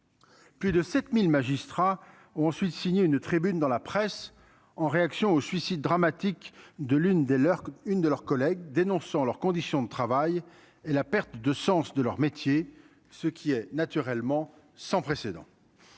Plus de 7000 magistrats ont ensuite signé une tribune dans la presse, en réaction aux suicides dramatiques de l'une des l'heure qu'une de leurs collègues, dénonçant leurs conditions de travail et la perte de sens de leur métier, ce qui est naturellement sans précédent,